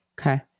Okay